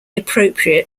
appropriate